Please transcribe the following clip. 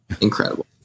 Incredible